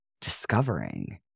discovering